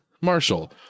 Marshall